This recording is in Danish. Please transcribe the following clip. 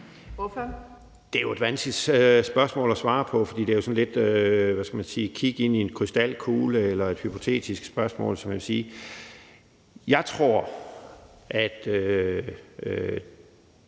Det er jo et vanskeligt spørgsmål at svare på, for det er jo sådan lidt at kigge ind i en krystalkugle, et hypotetisk spørgsmål. Jeg tror –